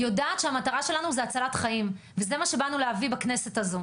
יודעת שהמטרה שלנו זה הצלת חיים וזה מה שבאנו להביא בכנסת הזו